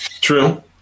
True